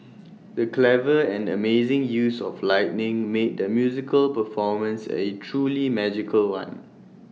the clever and amazing use of lighting made the musical performance A truly magical one